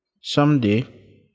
someday